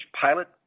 pilot